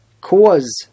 cause